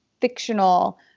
fictional